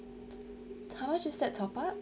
how much is that top up